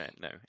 no